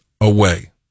away